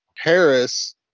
Harris